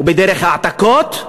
בדרך של העתקות,